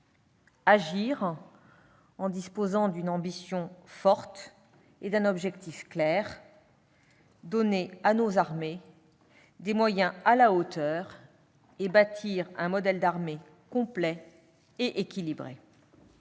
agir en disposant d'une ambition forte et d'un objectif clair : donner à nos armées des moyens à la hauteur et bâtir un modèle d'armée complet et équilibré.